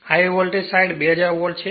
high voltage side 2000 volt છે